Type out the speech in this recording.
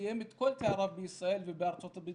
וסיים את כל תאריו בישראל ובארצות-הברית